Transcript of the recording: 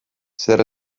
zer